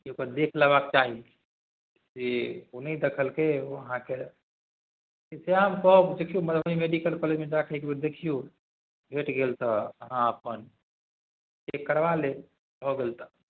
कि ओकरा देखि लेबाक चाही से ओ नहि देखलकै अहाँके सएह हम कहब देखिऔ मधुबनी मेडिकल कॉलेजमे जाके एकबेर देखिऔ भेटि गेल तऽ अहाँ अपन चेक करबा लेब भऽ गेल तऽ